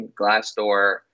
Glassdoor